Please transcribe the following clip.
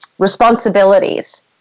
responsibilities